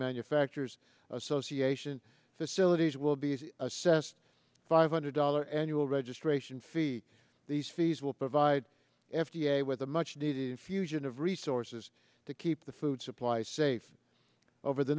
manufacturers association facilities will be assessed five hundred dollars annual registration fee these fees will provide f d a with the much needed infusion of resources to keep the food supply safe over the